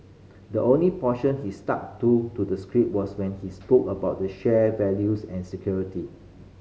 the only portion he stuck to to the script was when he spoke about the shared values and security